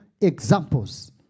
examples